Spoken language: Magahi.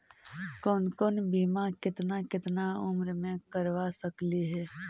कौन कौन बिमा केतना केतना उम्र मे करबा सकली हे?